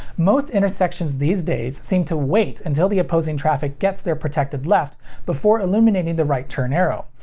most intersections these days seem to wait until the opposing traffic gets their protected left before illuminating the right turn arrow,